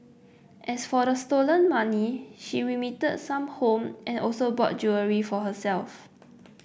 as for the stolen money she remitted some home and also bought jewellery for herself